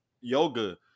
yoga